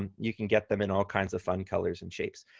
um you can get them in all kinds of fun colors and shapes.